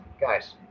guys